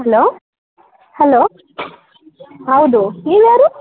hello hello ಹೌದು ನೀವು ಯಾರು